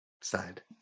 side